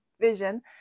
vision